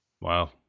Wow